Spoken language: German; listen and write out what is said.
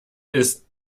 ist